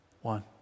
One